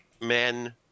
men